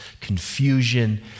confusion